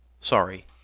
Sorry